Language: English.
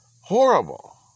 Horrible